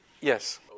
Yes